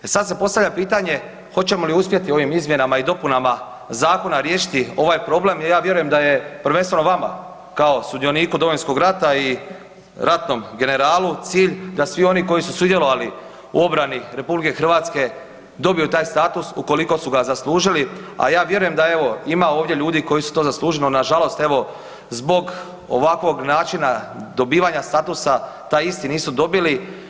Sad se postavlja pitanje hoćemo li uspjeti ovim izmjenama i dopunama Zakona riješiti ovaj problem, ja vjerujem da je prvenstveno vama kao sudioniku Domovinskog rata i ratnom generalu cilj da svi oni koji su sudjelovali u obrani Republike Hrvatske dobiju taj status ukoliko su ga zaslužili, a ja vjerujem da evo ima ovdje ljudi koji su to zasluženo, nažalost, zbog ovakvog načina dobivanja statusa, taj isti nisu dobili.